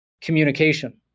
communication